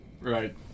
Right